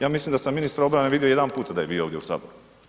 Ja mislim da sam ministra obrane vidio jedan puta da je bio ovdje u Saboru.